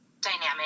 dynamic